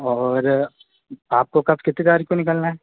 और आपको कब कितनी तारीख को निकलना है